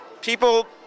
people